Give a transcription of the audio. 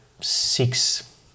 six